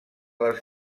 les